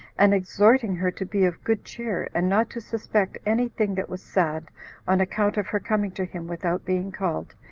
and exhorting her to be of good cheer, and not to suspect any thing that was sad on account of her coming to him without being called,